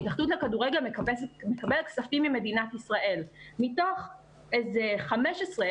ההתאחדות לכדורגל מקבלת כספים ממדינת ישראל מתוך איזה 15,